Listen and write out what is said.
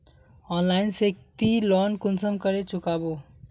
Online से ती loan कुंसम करे चुकाबो?